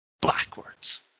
backwards